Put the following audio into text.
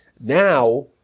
Now